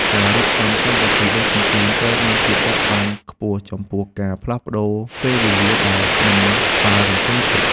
អ្នករៀបចំកម្មវិធីដឹកជញ្ជូនត្រូវមានភាពបត់បែនខ្ពស់ចំពោះការផ្លាស់ប្តូរពេលវេលាដែលមិនបានរំពឹងទុក។